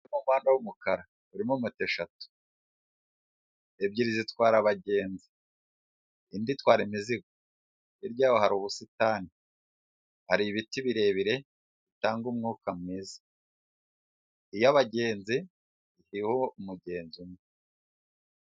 Umuhanda w'umukara urimo moto eshatu, ebyiri zitwara abagenzi indi itwara imizigo, hirya yaho hari ubusitani, hari ibiti birebire bitanga umwuka mwiza, iyagenzi iriho umugenzi umwe.